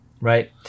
Right